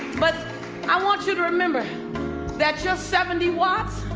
but i want you to remember that just seventy watts,